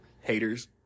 Haters